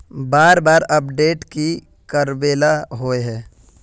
बार बार अपडेट की कराबेला होय है?